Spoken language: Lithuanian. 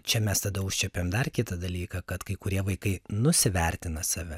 čia mes tada užčiuopiam dar kitą dalyką kad kai kurie vaikai nusivertina save